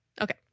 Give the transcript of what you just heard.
Okay